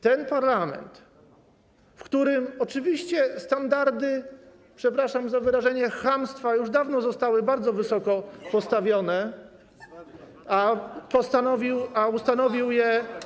Ten parlament, w którym oczywiście standardy, przepraszam za wyrażenie, chamstwa już dawno zostały bardzo wysoko postawione, a ustanowił je.